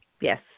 Yes